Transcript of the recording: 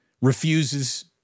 refuses